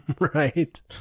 Right